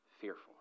fearful